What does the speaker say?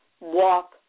walk